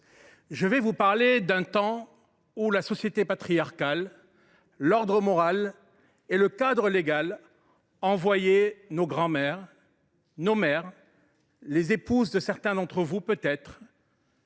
Je vous parle d’un temps où la société patriarcale, l’ordre moral et le cadre légal envoyaient nos grands mères, nos mères, les épouses de certains d’entre vous peut être,